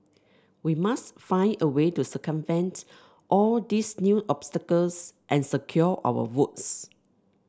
we must find a way to circumvent all these new obstacles and secure our votes